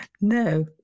No